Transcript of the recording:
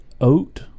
oat